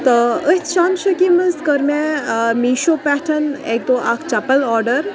تہٕ أتھۍ شان شوکی منٛز کٔر مےٚ میٖشو پٮ۪ٹھ اَکہِ دۄہ اکھ چَپل آرڈر